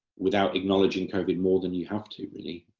without acknowledging covid more than you have to really,